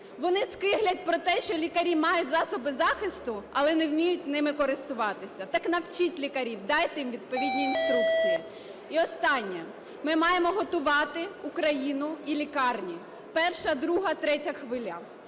вони скиглять про те, що лікарі мають засоби захисту, але не вміють ними користуватися. Так навчіть лікарів! Дайте їм відповідні інструкції. І останнє, ми маємо готувати Україну і лікарні: перша, друга й третя хвиля.